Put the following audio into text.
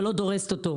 ולא דורסת אותו.